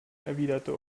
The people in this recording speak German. erwiderte